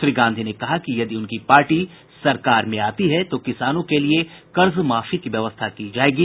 श्री गांधी ने कहा कि यदि उनकी पार्टी सरकार में आती है तो किसानों के लिए कर्ज माफी की व्यवस्था की जायेगी